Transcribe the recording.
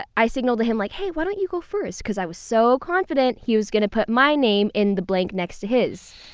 ah i signaled to him, like, hey, why don't you go first? because i was so confident he was going to put my name in the blank next to his.